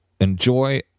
enjoy